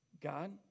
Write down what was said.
God